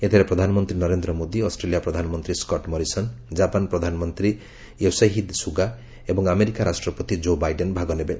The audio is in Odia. ଏଥିରେ ପ୍ରଧାନମନ୍ତ୍ରୀ ନରେନ୍ଦ୍ର ମୋଦି ଅଷ୍ଟ୍ରେଲିଆ ପ୍ରଧାନମନ୍ତ୍ରୀ ସ୍କଟ୍ ମରିସନ ଜାପାନ ପ୍ରଧାନମନ୍ତ୍ରୀ ୟୋସେହିଦ୍ ସୁଗା ଏବଂ ଆମେରିକା ରାଷ୍ଟ୍ରପତି କୋ ବାଇଡେନ୍ ଭାଗ ନେବେ